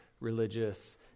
religious